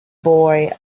boy